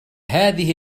هذه